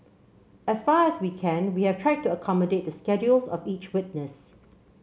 as far as we can we have tried to accommodate the schedules of each witness